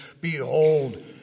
behold